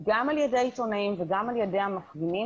גם על ידי עיתונאים וגם על ידי המפגינים,